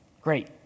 great